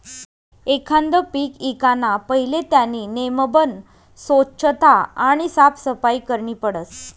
एखांद पीक ईकाना पहिले त्यानी नेमबन सोच्छता आणि साफसफाई करनी पडस